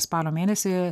spalio mėnesį